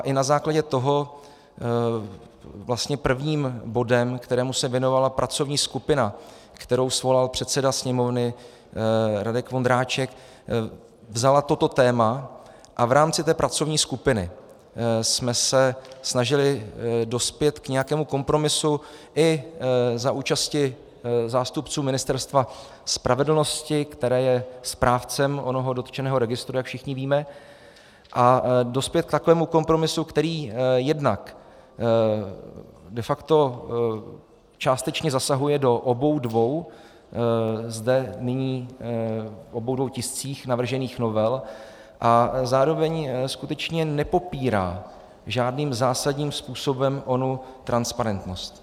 I na základě toho vlastně prvním bodem, kterému se věnovala pracovní skupina, kterou svolal předseda sněmovny Radek Vondráček, vzala toto téma a v rámci té pracovní skupiny jsme se snažili dospět k nějakému kompromisu i za účasti zástupců Ministerstva spravedlnosti, které je správcem onoho dotčeného registru, jak všichni víme, a dospět k takovému kompromisu, který jednak de facto částečně zasahuje do obou dvou, zde v obou tiscích navržených novel, a zároveň skutečně nepopírá žádným zásadním způsobem onu transparentnost.